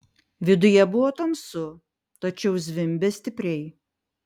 viduje buvo tamsu tačiau zvimbė stipriai